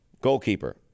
Goalkeeper